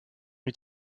est